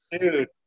Dude